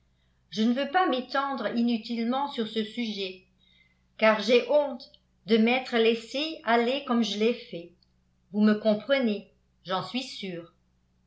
je ne veux pas m'étendre inutilement sur ce sujet car j'ai honte de m'être laissé aller comme je l'ai fait vous me comprenez j'en suis sûre